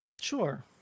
Sure